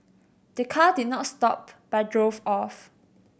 the car did not stop but drove off